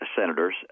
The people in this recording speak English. senators